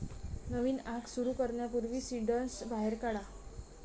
नवीन आग सुरू करण्यापूर्वी सिंडर्स बाहेर काढा